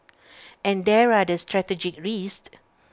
and there are the strategic risks